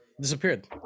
disappeared